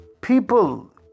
People